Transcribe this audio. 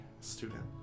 student